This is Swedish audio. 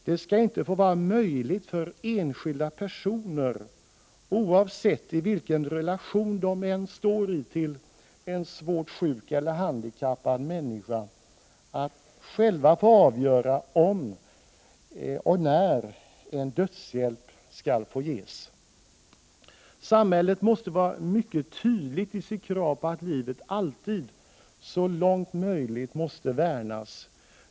Det skall inte få vara möjligt för enskilda människor, oavsett i vilken relation de står till en svårt sjuk eller handikappad människa, att själva få avgöra om och när en dödshjälp skall få ges. Samhället måste vara mycket tydligt i sitt krav på att livet alltid så långt möjligt måste värnas.